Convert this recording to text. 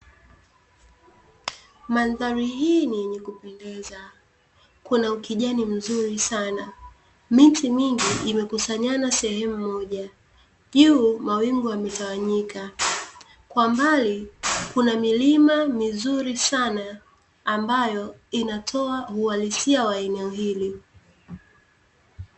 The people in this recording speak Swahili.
Mandhari hii ni yenye kupendeza, kuna ukijani mzuri sana, miti mingi imekusanyana sehemu moja, juu mawingu yametawanyika, kwa mbali kuna milima mizuri sana ambayo inatoa uhalisia wa eneo hili.